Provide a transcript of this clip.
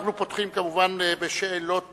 אנחנו פותחים בשאלות דחופות.